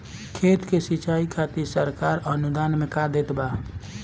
खेत के सिचाई खातिर सरकार अनुदान में का देत बा?